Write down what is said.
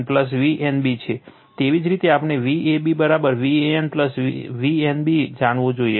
એવી જ રીતે આપણે Vab Van Vnb જાણવું જોઈએ